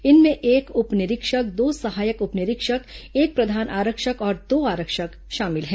इनमें एक उप निरीक्षक दो सहायक उप निरीक्षक एक प्रधान आरक्षक और दो आरक्षक शामिल है